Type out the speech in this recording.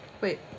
Wait